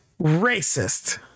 racist